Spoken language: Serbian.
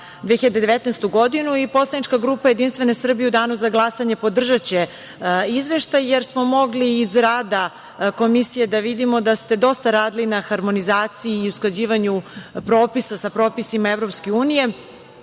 2019. godinu i poslanička grupa Jedinstvene Srbije u Danu za glasanje podržaće izveštaj, jer smo mogli iz rada Komisije da vidimo da ste dosta radili na harmonizaciji i usklađivanju propisa sa propisima EU. Dosta ste